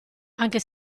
anche